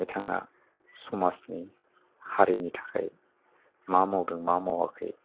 बिथाङा समाजनि हारिनि थाखाय मा मावदों मा मावाखै